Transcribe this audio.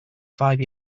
five